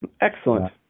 Excellent